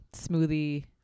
smoothie